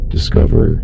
Discover